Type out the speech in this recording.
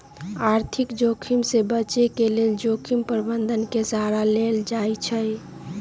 आर्थिक जोखिम से बचे के लेल जोखिम प्रबंधन के सहारा लेल जाइ छइ